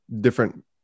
different